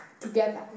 together